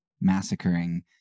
massacring